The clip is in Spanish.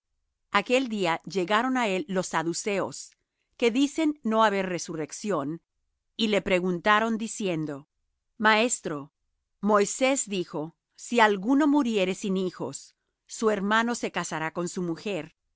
aquel día llegaron á él los saduceos que dicen no haber resurrección y le preguntaron diciendo maestro moisés dijo si alguno muriere sin hijos su hermano se casará con su mujer